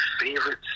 favorite